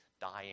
dying